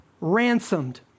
ransomed